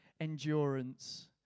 endurance